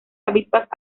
avispas